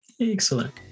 Excellent